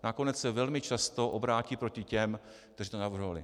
Nakonec se velmi často obrátí proti těm, kteří to navrhovali.